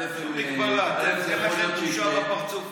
שום מגבלה, הרי אין לכם בושה בפרצוף.